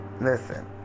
listen